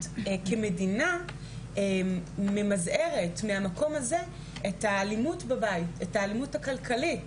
כמדינה ממזערים את האלימות בבית האלימות הכלכלית,